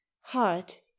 heart